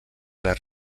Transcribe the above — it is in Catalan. les